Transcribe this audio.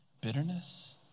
bitterness